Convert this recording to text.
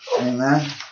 Amen